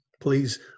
please